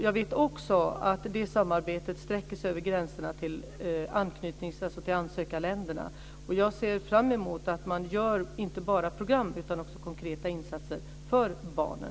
Jag vet också att det samarbetet sträcker sig över gränserna till ansökarländerna. Jag ser fram emot att man gör inte bara program utan också konkreta insatser för barnen.